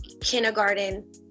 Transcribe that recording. kindergarten